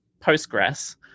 Postgres